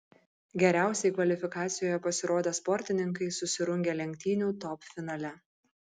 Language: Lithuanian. geriausiai kvalifikacijoje pasirodę sportininkai susirungė lenktynių top finale